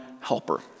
helper